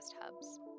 hubs